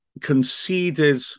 conceded